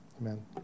amen